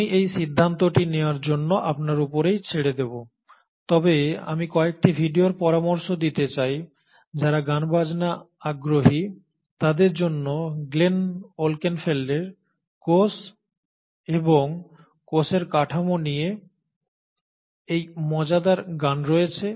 আমি এই সিদ্ধান্তটি নেওয়ার জন্য আপনার উপরেই ছেড়ে দেব তবে আমি কয়েকটি ভিডিওর পরামর্শ দিতে চাই যারা গান বাজনা আগ্রহী তাদের জন্য গ্লেন ওলকেনফেল্ডের কোষ এবং কোষের কাঠামোর নিয়ে এই মজাদার গান রয়েছে